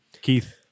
Keith